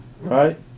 Right